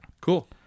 cool